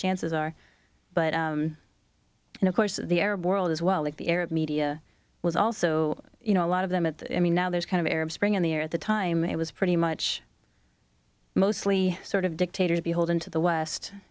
chances are but and of course the arab world as well like the arab media was also you know a lot of them at that i mean now there's kind of arab spring in the air at the time it was pretty much mostly sort of dictators beholden to the west